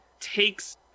takes